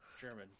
German